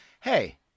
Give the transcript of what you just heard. hey